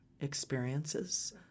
experiences